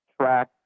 track